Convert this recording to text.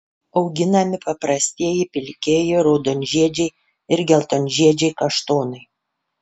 auginami paprastieji pilkieji raudonžiedžiai ir geltonžiedžiai kaštonai